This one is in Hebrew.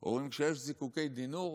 אומרים: כשיש זיקוקי דינור,